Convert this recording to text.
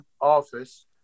office